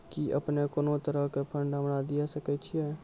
कि अपने कोनो तरहो के फंड हमरा दिये सकै छिये?